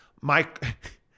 Mike